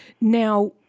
Now